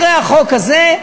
אחרי החוק הזה,